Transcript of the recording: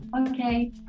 Okay